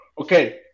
Okay